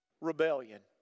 rebellion